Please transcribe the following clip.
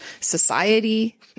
society